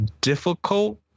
difficult